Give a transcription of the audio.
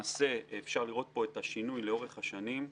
ואפשר לראות פה את השינוי לאורך השנים.